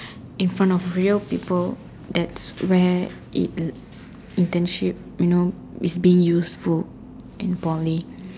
in front of real people that's where internship you know is being useful in Poly